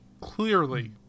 Clearly